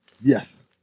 Yes